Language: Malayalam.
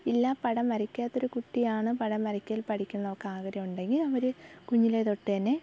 ഇല്ലാ പടം വരയ്ക്കാത്ത ഒരു കുട്ടിയാണ് പടം വരയ്ക്കൽ പടിക്കുന്നതൊക്കെ ആഗ്രഹം ഉണ്ടെങ്കിൽ അവർ കുഞ്ഞിലേ തൊട്ട് തന്നെ